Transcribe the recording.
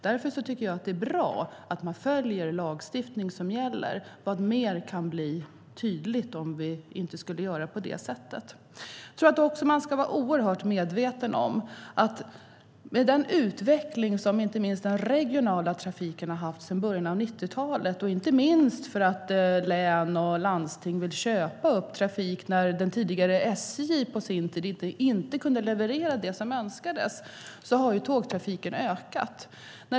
Därför tycker jag att det är bra att man följer den lagstiftning som gäller - vad mer kan bli tydligt om vi inte skulle göra på det sättet? Jag tror också att man ska vara oerhört medveten om att med den utveckling som inte minst den regionala trafiken har haft sedan början av 90-talet, inte minst för att län och landsting vill köpa upp trafik som SJ på sin tid inte kunde leverera när så önskades, har tågtrafiken ökat.